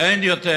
אני מצטרף.